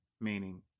meaning